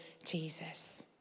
Jesus